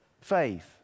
Faith